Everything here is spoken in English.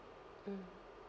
mm